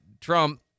Trump